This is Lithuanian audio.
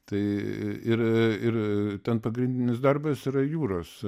tai ir ir ten pagrindinis darbas yra jūros